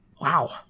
Wow